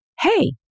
hey